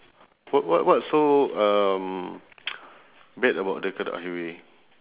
wh~ wh~ what's so um bad about the karak highway